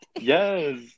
yes